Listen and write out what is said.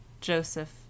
JOSEPH